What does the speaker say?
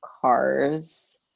cars